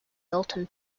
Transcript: milton